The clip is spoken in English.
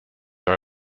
are